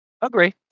Agree